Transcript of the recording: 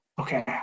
okay